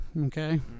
okay